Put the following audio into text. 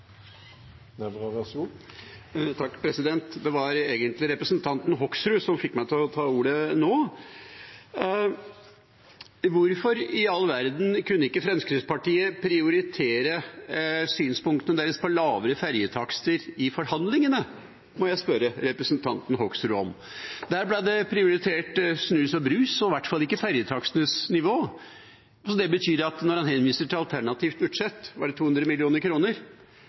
egentlig representanten Hoksrud som fikk meg til å ta ordet nå. Hvorfor i all verden kunne ikke Fremskrittspartiet prioritere synspunktene sine på lavere ferjetakster i forhandlingene? Det vil jeg spørre representanten Hoksrud om. Der ble snus og brus prioritert, i hvert fall ikke ferjetakstenes nivå. Det betyr at når han henviser til alternativt budsjett – var det 200